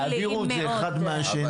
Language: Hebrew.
תעבירו את זה אחד מהשני.